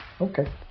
Okay